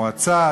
מועצה,